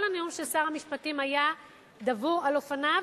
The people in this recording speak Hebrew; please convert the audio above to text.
כל הנאום של שר המשפטים היה דבור על אופניו,